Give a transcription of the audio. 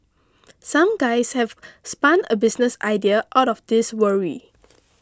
some guys have spun a business idea out of this worry